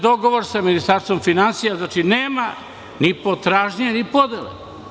Dogovor sa Ministarstvom finansija nema ni potražnje ni podrške.